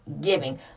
giving